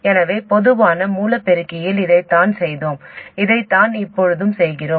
எனவே பொதுவான மூல பெருக்கியில் இதைத்தான் செய்தோம் அதைத்தான் இப்போது செய்கிறோம்